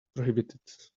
prohibited